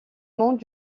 monte